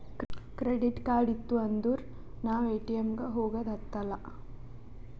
credit card ಇತ್ತು ಅಂದುರ್ ನಾವ್ ಎ.ಟಿ.ಎಮ್ ಗ ಹೋಗದ ಹತ್ತಲಾ